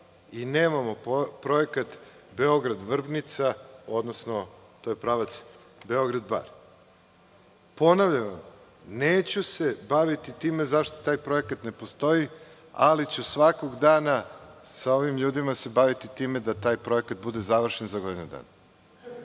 i nemamo projekat Beograd-Vrbnica, odnosno to je pravac Beograd-Bar. Ponavljam, neću se baviti time zašto taj projekat ne postoji, ali ću svakog dana sa ovim ljudima se baviti time da taj projekat bude završen za godinu